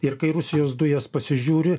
ir kai rusijos dujas pasižiūri